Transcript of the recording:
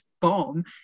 bomb